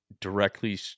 directly